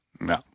No